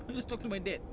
I just talk to my dad